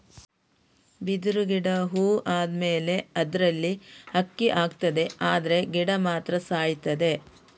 ಬಿದಿರು ಗಿಡ ಹೂ ಆದ್ಮೇಲೆ ಅದ್ರಲ್ಲಿ ಅಕ್ಕಿ ಆಗ್ತದೆ ಆದ್ರೆ ಗಿಡ ಮಾತ್ರ ಸಾಯ್ತದೆ